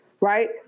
right